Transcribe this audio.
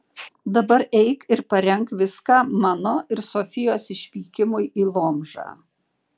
dabar eik ir parenk viską mano ir sofijos išvykimui į lomžą